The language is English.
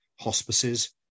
hospices